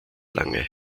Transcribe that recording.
lange